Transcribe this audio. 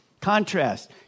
contrast